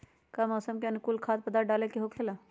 का मौसम के अनुकूल खाद्य पदार्थ डाले के होखेला?